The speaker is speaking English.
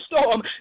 storm